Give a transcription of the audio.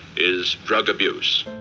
is drug abuse.